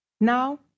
Now